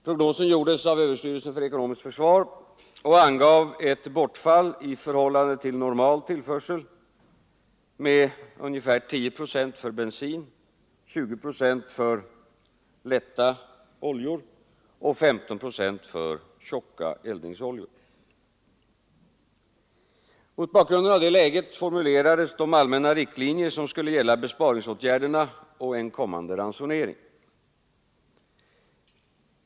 Prognosen gjordes av Överstyrelsen för ekonomiskt försvar och angav ett bortfall i förhållande till normal tillförsel med ungefär 10 procent för bensin, 20 procent för lätta oljor och 15 procent för tjocka eldningsoljor. Mot bakgrunden av det läget formulerades de allmänna riktlinjer som skulle gälla besparingsåtgärderna och en kommande ransonering.